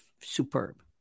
superb